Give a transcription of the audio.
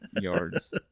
yards